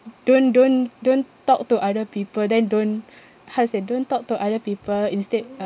don't don't don't talk to other people then don't how to say don't talk to other people instead